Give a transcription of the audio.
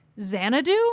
Xanadu